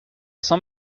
cent